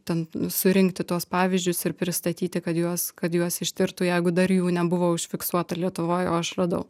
ten surinkti tuos pavyzdžius ir pristatyti kad juos kad juos ištirtų jeigu dar jų nebuvo užfiksuota lietuvoj o aš radau